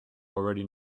already